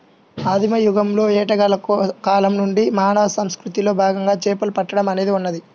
ఆదిమ యుగంలోని వేటగాళ్ల కాలం నుండి మానవ సంస్కృతిలో భాగంగా చేపలు పట్టడం అనేది ఉన్నది